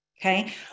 Okay